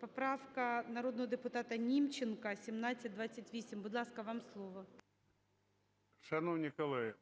поправка народного депутата Німченка – 1728. Будь ласка, вам слово. 11:55:49